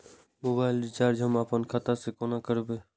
Mobile recharge हम आपन खाता से कोना करबै?